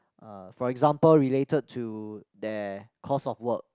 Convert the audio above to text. uh for example related to their course of work